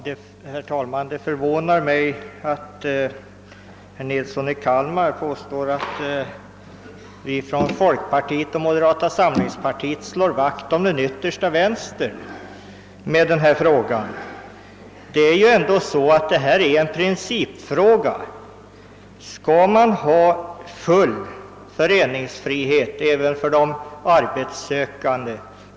Herr talman! Herr Nilsson i Kalmar förvånade mig när han påstod att folkpartiet och moderata samlingspartiet slår vakt om den yttersta vänstern i denna fråga. Detta är dock en principfråga som gäller om vi skall ha full föreningsfrihet även för arbetssökande.